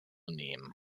nehmen